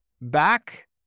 back